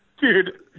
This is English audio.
dude